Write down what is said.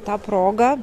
ta proga